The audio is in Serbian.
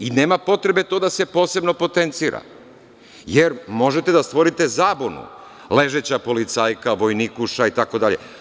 Nema potrebe da se to posebno potencira, jer možete da stvorite zabunu, ležeća policajka, vojnikuša, itd.